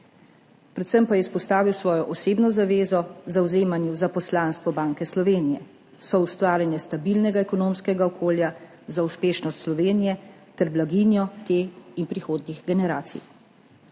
Predvsem pa je izpostavil svojo osebno zavezo zavzemanju za poslanstvo Banke Slovenije, soustvarjanje stabilnega ekonomskega okolja za uspešnost Slovenije ter blaginjo te in prihodnjih generacij.